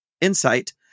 insight